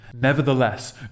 Nevertheless